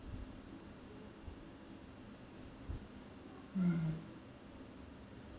mm